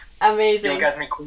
Amazing